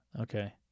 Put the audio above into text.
Okay